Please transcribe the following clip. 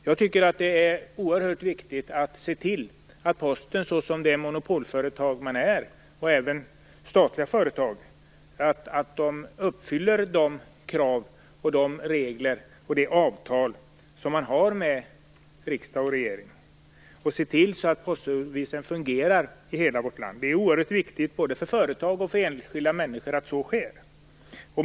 Jag tycker att det är oerhört viktigt att se till att Posten, som det monopolföretag och det statliga företag som Posten är, lever upp till de krav och regler som gäller, uppfyller det avtal som man har med riksdag och regering och ser till att postservicen fungerar i hela vårt land. Det är oerhört viktigt både för företag och för enskilda människor att så sker.